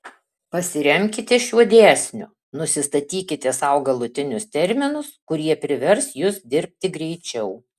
pasiremkite šiuo dėsniu nusistatykite sau galutinius terminus kurie privers jus dirbti greičiau